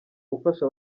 ufasha